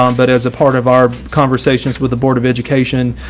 um but as a part of our conversations with the board of education,